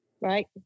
right